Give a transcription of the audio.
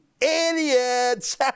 idiots